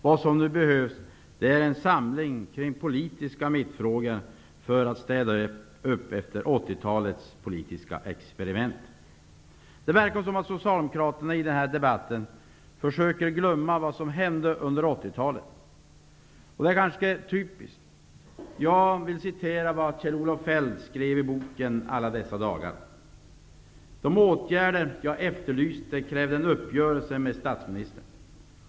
Vad som nu behövs är en samling kring politiska nyckelfrågor för att städa upp efter Det verkar i den här debatten som att Socialdemokraterna försöker glömma vad som hände under 80-talet. Det är ganska typiskt. Jag vill citera vad Kjell-Olof Feldt skrev i sin bok Alla dessa dagar: ''De åtgärder jag efterlyste krävde en uppgörelse med statsministern.